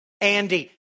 Andy